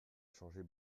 changer